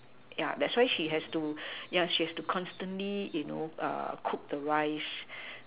yeah that's why she has to yeah she has to constantly you know uh cook the rice